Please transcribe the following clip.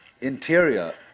interior